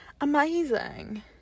amazing